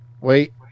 wait